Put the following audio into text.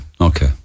okay